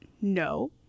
no